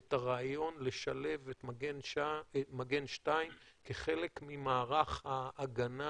את הרעיון לשלב את מגן 2 כחלק ממערך ההגנה